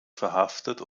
verhaftet